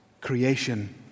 creation